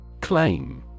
Claim